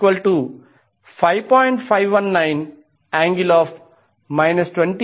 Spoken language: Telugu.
254 j135 j105